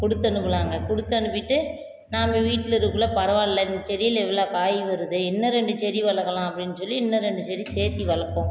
கொடுத்தனுப்பலாங்க கொடுத்தனுப்பிட்டு நம்ப வீட்டில் இருக்குள்ளே பரவாயில்ல இந்த செடியில் இவ்வளோ காய் வருது இன்னும் ரெண்டு செடி வளரக்கலாம் அப்படின் சொல்லி இன்னும் ரெண்டு செடி சேர்த்தி வளர்ப்போம்